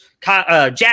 Jack